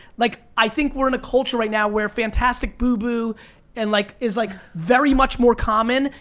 like i think we're in a culture right now where fantastic boo-boo and like is like very much more common,